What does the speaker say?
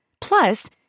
Plus